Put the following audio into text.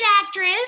actress